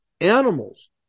animals